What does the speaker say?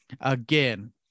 again